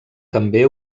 també